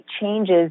changes